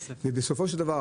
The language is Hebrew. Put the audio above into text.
ובסופו של דבר,